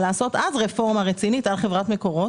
לעשות אז רפורמה רצינית על חברת מקורות,